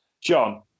John